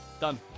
Done